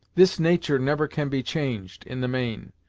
this natur' never can be changed, in the main,